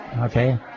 Okay